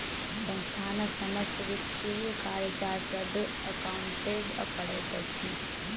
संस्थानक समस्त वित्तीय कार्य चार्टर्ड अकाउंटेंट करैत अछि